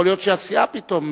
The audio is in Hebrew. יכול להיות שהסיעה פתאום